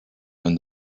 and